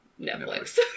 Netflix